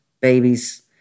babies